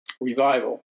revival